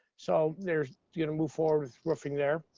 so there's gonna move forward with roofing there.